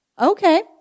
okay